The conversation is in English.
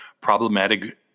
problematic